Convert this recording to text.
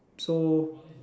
so